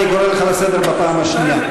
אני קורא אותך לסדר בפעם הראשונה.